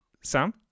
Sam